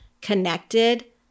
connected